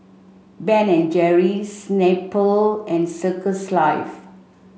Ben and Jerry's Snapple and Circles Life